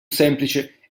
semplice